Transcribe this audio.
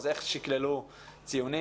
אז איך שיקללו ציונים?